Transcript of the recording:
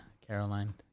Caroline